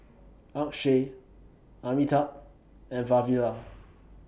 Akshay Amitabh and Vavilala